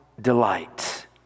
delight